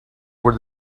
were